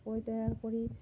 তৈয়াৰ কৰি